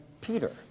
Peter